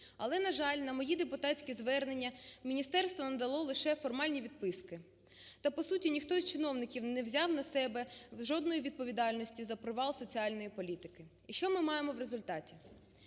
Але, на жаль, на мої депутатські звернення міністерство надало лише формальні відписки та, по суті, ніхто із чиновників не взяв на себе жодної відповідальності за провал соціальної політики. І що ми маємо в результаті?